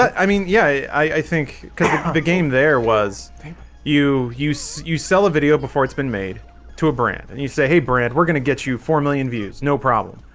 i mean yeah, i think the game there was you use you sell a video before it's been made to a brand and you say hey brant we're gonna get you four million views no problem,